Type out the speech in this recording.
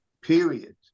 period